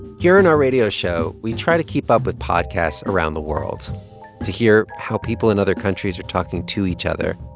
here on our radio show, we try to keep up with podcasts around the world to hear how people in other countries are talking to each other.